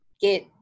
get